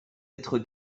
être